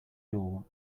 door